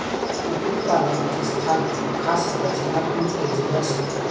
कुक्कुटपालनाचे स्थान खास रचनात्मक केलेले असते